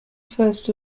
first